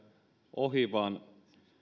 ohi vaan